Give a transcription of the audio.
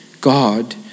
God